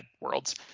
Worlds